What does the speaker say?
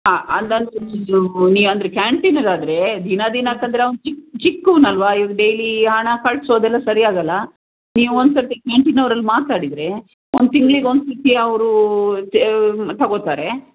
ಹಾಂ ಅದೆಂದರೆ ನಿಮ್ಮದು ನೀವು ಅಂದರೆ ಕ್ಯಾಂಟೀನ್ಗಾದರೆ ದಿನ ದಿನಕ್ಕೆ ಅಂದರೆ ಅವ್ನು ಚಿಕ್ ಚಿಕ್ಕೋನು ಅಲ್ವಾ ಇವಾಗ ಡೈಲಿ ಹಣ ಕಳಿಸೋದೆಲ್ಲ ಸರಿ ಆಗಲ್ಲ ನೀವು ಒಂದು ಸರ್ತಿ ಕ್ಯಾಂಟೀನ್ ಅವರಲ್ಲಿ ಮಾತಾಡಿದರೆ ಒಂದು ತಿಂಗಳಿಗೆ ಒಂದು ಸರ್ತಿ ಅವರು ತಗೋತಾರೆ